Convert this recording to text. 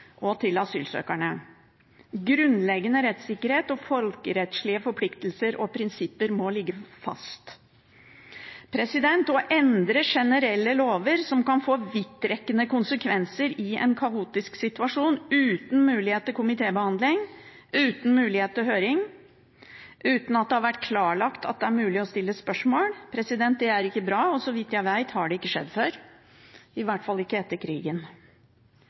og til asylsøkerne. Grunnleggende rettssikkerhet og folkerettslige forpliktelser og prinsipper må ligge fast. Å endre generelle lover som kan få vidtrekkende konsekvenser i en kaotisk situasjon, uten mulighet til komitébehandling, uten mulighet til høring, uten at det har vært klarlagt at det er mulig å stille spørsmål, er ikke bra. Så vidt jeg vet, har det ikke skjedd før – i hvert fall ikke etter krigen.